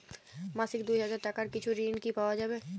মাসিক দুই হাজার টাকার কিছু ঋণ কি পাওয়া যাবে?